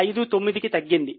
59 కి తగ్గింది